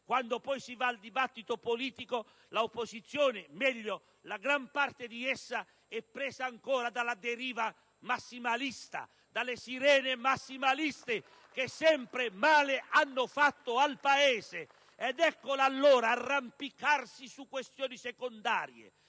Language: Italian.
quando poi si va al dibattito politico, l'opposizione, o meglio, la gran parte di essa, è presa ancora dalla deriva massimalista, dalle sirene massimaliste che sempre hanno fatto male al Paese. *(Applausi dal Gruppo PdL).* Ed eccola allora arrampicarsi su questioni secondarie